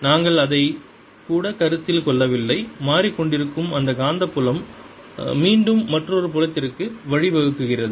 நாங்கள் அதைக் கூட கருத்தில் கொள்ளவில்லை மாறிக்கொண்டிருக்கும் அந்த காந்தப்புலம் மீண்டும் மற்றொரு புலத்திற்கு வழிவகுக்கிறது